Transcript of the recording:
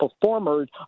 performers